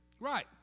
Right